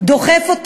אני